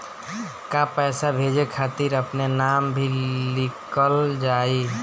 का पैसा भेजे खातिर अपने नाम भी लिकल जाइ?